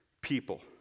people